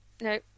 no